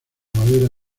madera